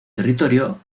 territorio